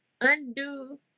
undo